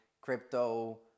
crypto